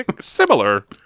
Similar